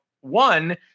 one